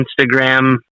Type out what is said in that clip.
Instagram